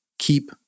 keep